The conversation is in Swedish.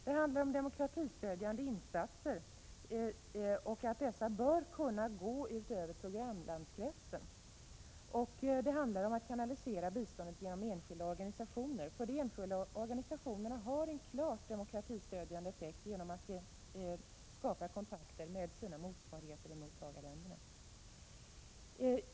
Det handlar om att demokratistödjande insatser bör kunna gå även utöver programlandskretsen. —- Det handlar om att kanalisera biståndet genom enskilda organisationer, för dessa har en klart demokratistödjande effekt genom kontakterna med sina motsvarigheter i mottagarlandet.